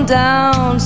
down